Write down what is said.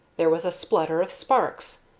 there was a splutter of sparks,